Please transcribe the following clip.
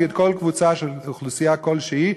נגד כל קבוצה של אוכלוסייה כלשהי,